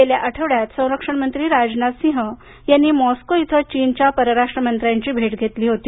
गेल्या आठवड्यात संरक्षण मंत्री राजनाथ सिंह यांनी मॉस्को इथं चीनच्या परराष्ट्र मंत्र्यांची भेट घेतली होती